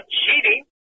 cheating